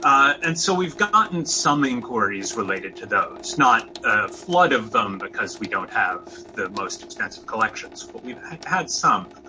and so we have gotten some inquiries related to those, not a flood of them because we don't have the most extensive collections, but we have had some.